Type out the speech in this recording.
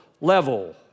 level